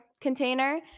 container